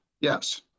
Yes